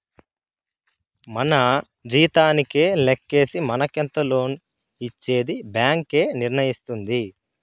మన జీతానికే లెక్కేసి మనకెంత లోన్ ఇచ్చేది బ్యాంక్ ఏ నిర్ణయిస్తుంది